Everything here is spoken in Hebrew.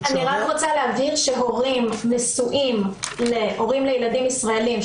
שעריה -- אני רק רוצה להבהיר שהורים נשואים לילדים ישראלים,